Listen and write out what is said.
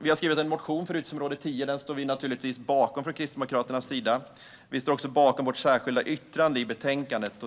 Vi har skrivit en motion gällande utgiftsområde 10 som vi från Kristdemokraterna naturligtvis står bakom. Vi står också bakom vårt särskilda yttrande i betänkandet.